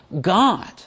God